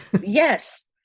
Yes